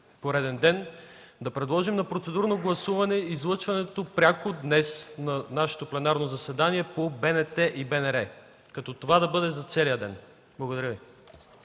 пореден ден – да предложим на процедурно гласуване пряко излъчване днес на нашето пленарно заседание по БНТ и БНР, като това бъде за целия ден. Благодаря Ви.